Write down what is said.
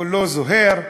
כולו זוהר,